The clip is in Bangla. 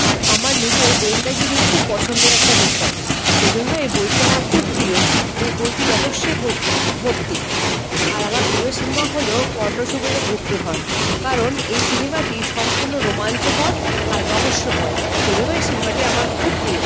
আর আমার নিজের গোয়েন্দাগিরি খুব পছন্দের একটা বিষয় সেইজন্য এই বইটি আমার খুব প্রিয় এই বইটি রহস্যে ভো ভর্তি আর আমার প্রিয় সিনেমা হলো কর্ণ সুবেরো গুপ্তধন কারণ এই সিনেমাটি সম্পূর্ণ রোমাঞ্চকর আর রহস্যময় সেইজন্য এই সিনেমাটি আমার খুব প্রিয়